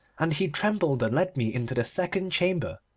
and he trembled and led me into the second chamber,